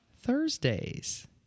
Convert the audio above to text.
Thursdays